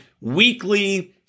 weekly